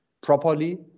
properly